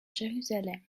jérusalem